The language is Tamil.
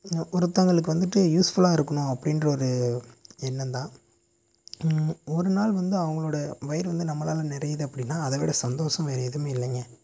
ஒருத்தவர்களுக்கு வந்துட்டு யூஸ்ஃபுல்லாக இருக்கணும் அப்படின்ற ஒரு எண்ணம் தான் ஒருநாள் வந்து அவர்களோட வயிறு வந்து நம்மளால் நிறையுது அப்படின்னா அதை விட சந்தோஷம் வேறு எதுவுமே இல்லைங்க